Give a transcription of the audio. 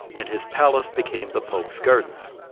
and his palace became the pope's gardens